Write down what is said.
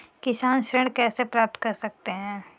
किसान ऋण कैसे प्राप्त कर सकते हैं?